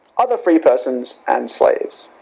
other free persons and slaves.